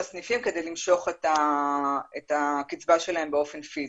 פיזי לסניפים כדי למשוך את הקצבה שלהם.